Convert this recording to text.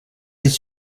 his